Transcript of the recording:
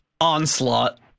onslaught